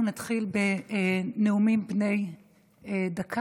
אנחנו נתחיל בנאומים בני דקה.